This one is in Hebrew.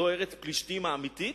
זאת ארץ פלישתים האמיתית,